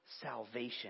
salvation